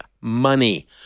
money